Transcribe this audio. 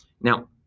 Now